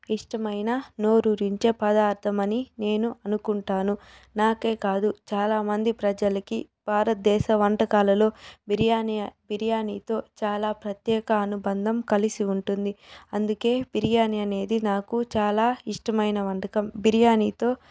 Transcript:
ఇష్టమైన నోరూరించే పదార్ధం అని నేను అనుకుంటాను నాకే కాదు చాలామంది ప్రజలకి భారత దేశ వంటకాలలో బిర్యానీ బిర్యానీతో చాలా ప్రత్యేక అనుబంధం కలిసి ఉంటుంది అందుకే బిర్యానీ అనేది నాకు చాలా ఇష్టమైన వంటకం బిర్యానీతో